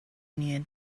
near